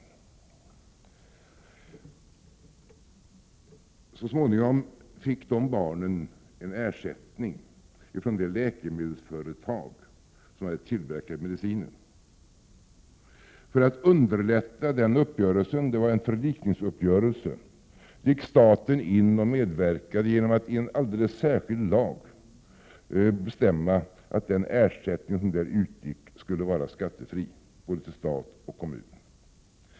Dessa barn fick så småningom en ersättning från det läkemedelsföretag som hade tillverkat medicinen. För att underlätta en uppgörelse — det var en förlikningsuppgörelse — gick staten in och medverkade genom att i en alldeles särskild lag bestämma att den ersättning som utgick skulle vara skattefri vid både statlig och kommunal beskattning.